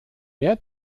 mehr